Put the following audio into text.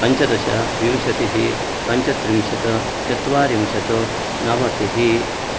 पञ्चदश विंशतिः पञ्चत्रिंशत् चत्वारिंशत् नवतिः